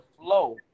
flow